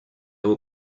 were